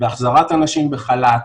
בהחזרת אנשים מחל"ת,